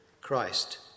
Christ